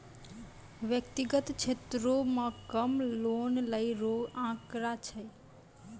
व्यक्तिगत क्षेत्रो म कम लोन लै रो आंकड़ा छै